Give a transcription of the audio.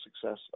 success